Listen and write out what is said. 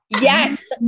Yes